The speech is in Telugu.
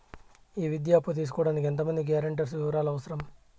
ఈ విద్యా అప్పు తీసుకోడానికి ఎంత మంది గ్యారంటర్స్ వివరాలు అవసరం?